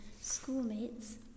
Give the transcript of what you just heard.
schoolmates